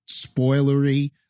spoilery